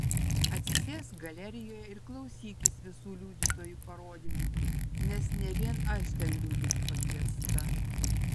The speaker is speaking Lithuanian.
atsisėsk galerijoje ir klausykis visų liudytojų parodymų nes ne vien aš ten liudyti pakviesta